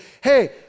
hey